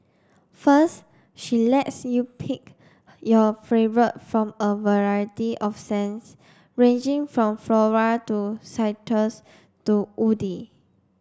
first she lets you pick your from a variety of scents ranging from floral to citrus to woody